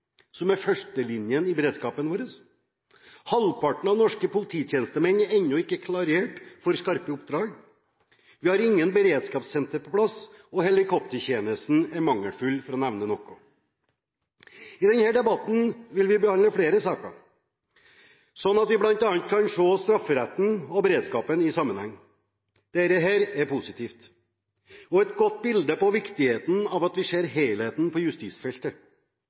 innbyggere – førstelinjen i beredskapen vår. Halvparten av norske polititjenestemenn er ennå ikke klarert for skarpe oppdrag. Vi har ingen beredskapssenter på plass, og helikoptertjenesten er mangelfull, for å nevne noe. I denne debatten vil vi behandle flere saker sånn at vi bl.a. kan se strafferetten og beredskapen i sammenheng. Dette er positivt og et godt bilde på viktigheten av at vi ser helheten på justisfeltet.